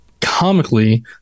comically